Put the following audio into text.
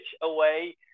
away